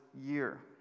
year